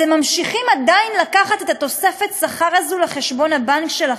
אתם ממשיכים עדיין לקחת את תוספת השכר הזאת לחשבון הבנק שלכם.